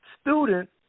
student